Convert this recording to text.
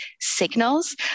signals